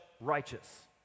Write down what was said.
righteous